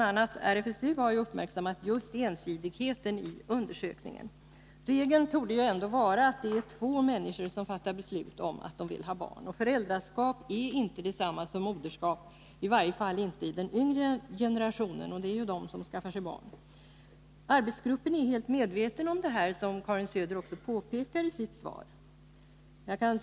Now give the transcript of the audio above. a. RFSU har uppmärksammat just ensidigheten i undersökningen. Regeln torde ju ändå vara att det är två människor som fattar beslut om att de vill ha barn. Föräldraskap är inte detsamma som moderskap — i varje fall inte i den yngre generationen, och det är ju den som skaffar sig barn. Arbetsgruppen är även helt medveten om detta, som Karin Söder också påpekar i sitt svar.